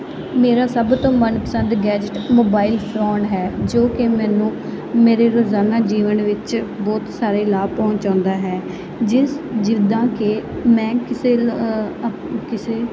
ਮੇਰਾ ਸਭ ਤੋਂ ਮਨਪਸੰਦ ਗੈਜਟ ਮੋਬਾਈਲ ਫੋਨ ਹੈ ਜੋ ਕਿ ਮੈਨੂੰ ਮੇਰੇ ਰੋਜ਼ਾਨਾ ਜੀਵਨ ਵਿੱਚ ਬਹੁਤ ਸਾਰੇ ਲਾਭ ਪਹੁੰਚਾਉਂਦਾ ਹੈ ਜਿਸ ਜਿੱਦਾਂ ਕਿ ਮੈਂ ਕਿਸੇ ਕਿਸੇ